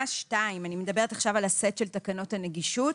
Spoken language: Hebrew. אני מדברת עכשיו על הסט של תקנות הנגישות,